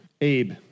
Abe